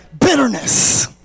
bitterness